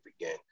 again